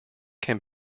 can